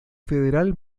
federal